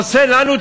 עושה לנו טובה,